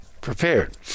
prepared